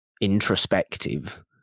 introspective